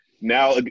Now